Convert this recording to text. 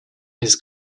his